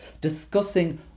discussing